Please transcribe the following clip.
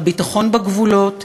הביטחון בגבולות,